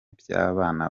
by’abana